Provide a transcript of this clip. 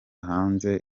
hanze